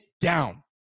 down